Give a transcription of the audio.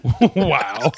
Wow